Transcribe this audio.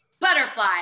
butterfly